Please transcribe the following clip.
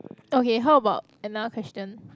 okay how about another question